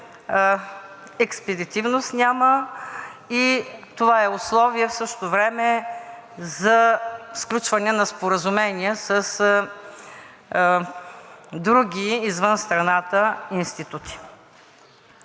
експедитивност и това е условие в същото време за сключване на споразумения с други институти